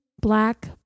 black